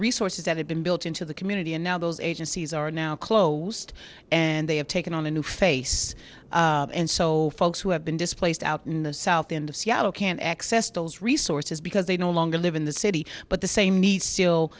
resources that have been built into the community and now those agencies are now closed and they have taken on a new face and so folks who have been displaced out in the south end of seattle can't access to those resources because they no longer live in the city but the same need still